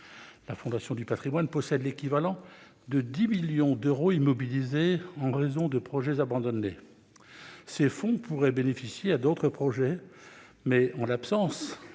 La Fondation du patrimoine possède l'équivalent de 10 millions d'euros immobilisés à cause de l'abandon de projets. Ces fonds pourraient bénéficier à d'autres projets, mais, en l'absence